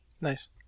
Nice